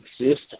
exist